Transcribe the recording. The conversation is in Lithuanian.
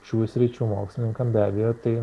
šių sričių mokslininkam be abejo tai